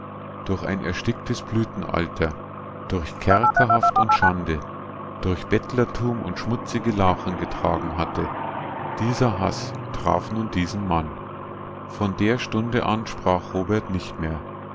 durch ein ersticktes blütenalter durch kerkerhaft und schande durch bettlertum und schmutzige lachen getragen hatte dieser haß traf nun diesen mann von der stunde an sprach robert nicht mehr